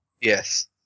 Yes